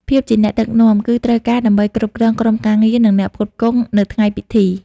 ភាពជាអ្នកដឹកនាំ គឺត្រូវការដើម្បីគ្រប់គ្រងក្រុមការងារ និងអ្នកផ្គត់ផ្គង់នៅថ្ងៃពិធី។